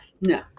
no